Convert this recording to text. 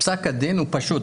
פסק הדין הוא פשוט,